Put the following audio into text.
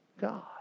God